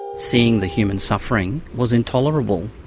seeing the human suffering was intolerable,